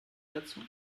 dazu